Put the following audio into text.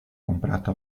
comprato